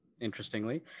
interestingly